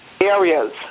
areas